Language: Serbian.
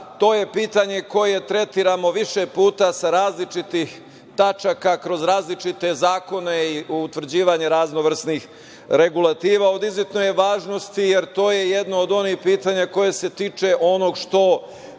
To je pitanje koje tretiramo više puta sa različitih tačaka kroz različite zakone i utvrđivanje raznovrsnih regulativa. Od izuzetne je važnosti, jer to je jedno od onih pitanja koje se tiču onog što